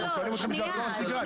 אנחנו שואלים אתכם בשביל לחזור לשגרה.